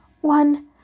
one